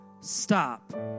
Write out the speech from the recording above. stop